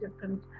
different